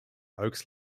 oaks